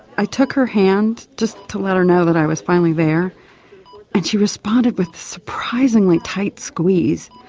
i took her hand just to let her know that i was finally there and she responded with a surprisingly tight squeeze,